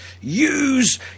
use